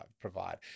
provide